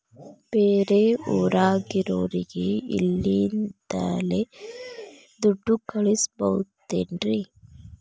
ಬೇರೆ ಊರಾಗಿರೋರಿಗೆ ಇಲ್ಲಿಂದಲೇ ದುಡ್ಡು ಕಳಿಸ್ಬೋದೇನ್ರಿ?